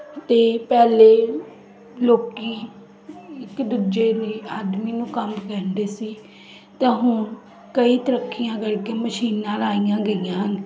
ਅਤੇ ਪਹਿਲੇ ਲੋਕ ਇੱਕ ਦੂਜੇ ਲਈ ਆਦਮੀ ਨੂੰ ਕੰਮ ਕਹਿੰਦੇ ਸੀ ਤਾਂ ਹੁਣ ਕਈ ਤਰੱਕੀਆਂ ਕਰਕੇ ਮਸ਼ੀਨਾਂ ਲਾਈਆਂ ਗਈਆਂ ਹਨ